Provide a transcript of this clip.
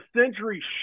century